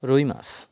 রুই মাছ